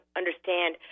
understand